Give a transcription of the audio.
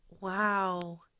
Wow